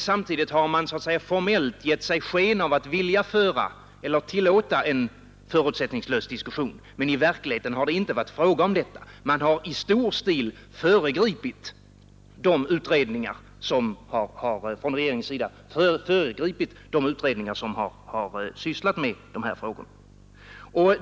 Samtidigt har man formellt gett sig sken av att vilja föra eller tillåta en förutsättningslös diskussion, men i verkligheten har det inte varit fråga om det. Man har från regeringens sida i stor stil föregripit de utredningar som har sysslat med dessa frågor.